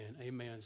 amen